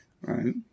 right